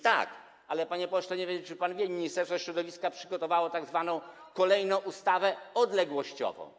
Tak, ale panie pośle, nie wiem, czy pan wie, że Ministerstwo Środowiska przygotowało tzw. kolejną ustawę odległościową.